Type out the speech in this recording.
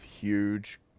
huge